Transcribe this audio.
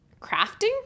crafting